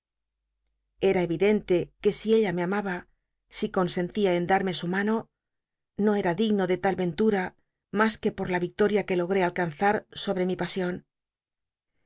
era evidente ue si ella me amaba si consentia en darme su mano no era digno de tal vcritlh'a mas que por la victo ia que log é alcanza sobro mi pasion